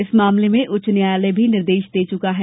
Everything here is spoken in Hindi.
इस मामले में उच्च न्यायालय भी निर्देश दे चुका है